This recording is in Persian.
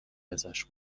ازش